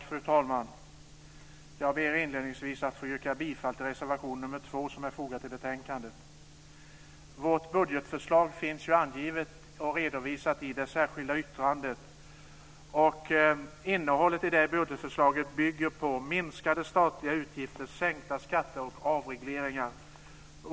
Fru talman! Jag ber inledningsvis att få yrka bifall till reservation 2 som är fogad till betänkandet. Vårt budgetförslag finns angivet och redovisat i det särskilda yttrandet. Innehållet i detta budgetförslag bygger på minskade statliga utgifter, sänkta skatter och avregleringar.